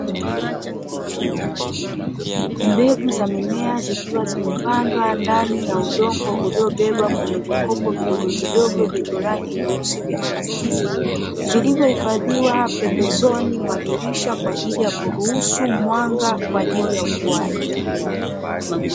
Mbegu za mimea zikiwa zimepandwa ndani ya udongo uliobeba kwenye vikopo vidogovidogo vyenye rangi nyeusi vya plastiki, vilivyohifadhiwa pembezoni mwa dirisha kwaajili ya kuruhusu mwanga kwaajili ya ukuaji.